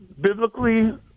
biblically